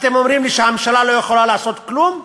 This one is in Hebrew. אתם אומרים לי שהממשלה לא יכולה לעשות כלום?